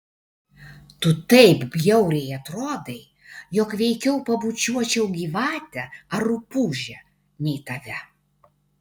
tu taip bjauriai atrodai jog veikiau pabučiuočiau gyvatę ar rupūžę nei tave